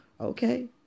Okay